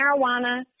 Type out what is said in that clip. marijuana